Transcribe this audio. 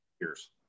years